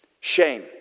Shame